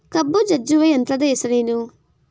ಕಬ್ಬು ಜಜ್ಜುವ ಯಂತ್ರದ ಹೆಸರೇನು?